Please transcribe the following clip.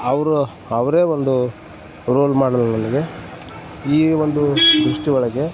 ಅವರು ಅವರೇ ಒಂದು ರೋಲ್ ಮಾಡೆಲ್ ನನಗೆ ಈ ಒಂದು ದೃಷ್ಟಿ ಒಳಗೆ